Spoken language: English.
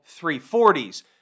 340s